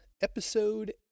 episode